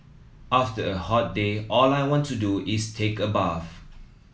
after a hot day all I want to do is take a bath